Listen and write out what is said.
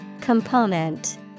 Component